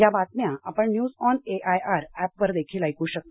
या बातम्या आपण न्यज ऑन एआयआर ऍपवर देखील ऐक शकता